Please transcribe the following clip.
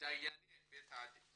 דייני בית הדין